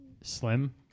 slim